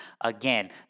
Again